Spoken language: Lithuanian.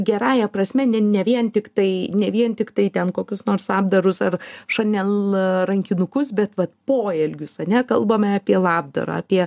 gerąja prasme ne ne vien tiktai ne vien tiktai ten kokius nors apdarus ar chanel rankinukus bet vat poelgius ar ne kalbame apie labdarą apie